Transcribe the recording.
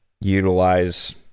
utilize